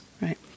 right